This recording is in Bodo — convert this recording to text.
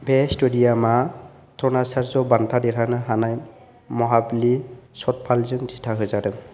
बे स्टेडियामा द्र'णाचार्य बान्था देरहानो हानाय महाबलि सतपालजों दिथा होजादों